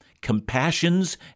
compassions